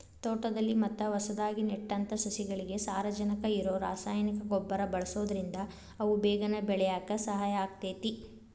ತೋಟದಲ್ಲಿ ಮತ್ತ ಹೊಸದಾಗಿ ನೆಟ್ಟಂತ ಸಸಿಗಳಿಗೆ ಸಾರಜನಕ ಇರೋ ರಾಸಾಯನಿಕ ಗೊಬ್ಬರ ಬಳ್ಸೋದ್ರಿಂದ ಅವು ಬೇಗನೆ ಬೆಳ್ಯಾಕ ಸಹಾಯ ಆಗ್ತೇತಿ